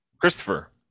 Christopher